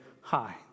hi